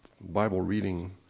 Bible-reading